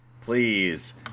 Please